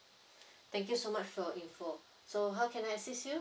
thank you so much for your info so how can I assist you